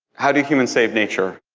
how do humans save nature?